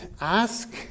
ask